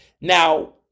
now